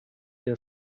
der